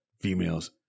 females